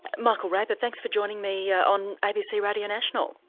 michael raper, thanks for joining me yeah on abc radio national.